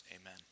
Amen